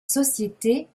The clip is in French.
société